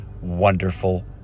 wonderful